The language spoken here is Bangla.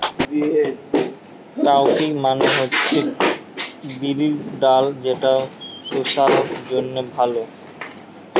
কাউপি মানে হচ্ছে বিরির ডাল যেটা সুসাস্থের জন্যে ভালো